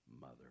mother